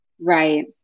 right